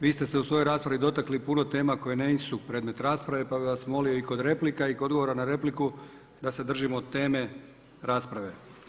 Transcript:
Vi ste se u svojoj raspravi dotakli puno tema koje nisu predmet rasprave pa bi vas molio i kod replika i kod odgovora na repliku da se držimo teme rasprave.